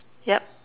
yup